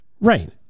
Right